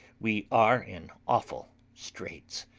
we are in awful straits.